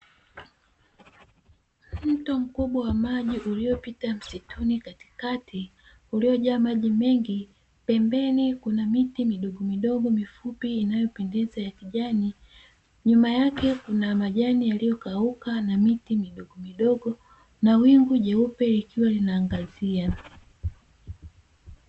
Mto mkubwa wa maji uliopita msituni, katikati uliojaa maji mengi pembeni kuna miti midogo midogo mifupi, inayopendeza ya kijani nyuma yake kuna majani yaliyokauka na miti midogo midogo na wingu jeupe likiwa linaangazia.